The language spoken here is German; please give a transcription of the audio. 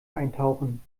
eintauchen